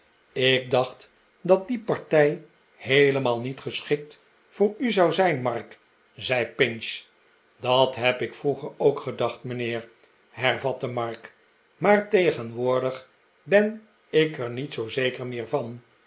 ik dacht dat die partij heelemaal niet geschikt voor u zou zijn mark zei pinch dat heb ik vroeger ook gedacht mijnheer hervatte mark maar tegenwoordig ben ik er niet zoo zeker meer van